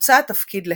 הוצע התפקיד להרצוג.